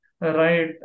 Right